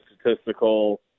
statistical